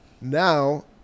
Now